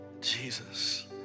Jesus